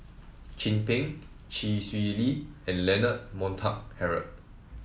Chin Peng Chee Swee Lee and Leonard Montague Harrod